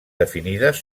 definides